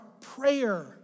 prayer